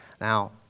Now